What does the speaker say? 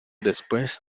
después